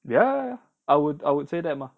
ya I would I would say that mah